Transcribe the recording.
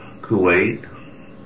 Kuwait